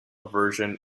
version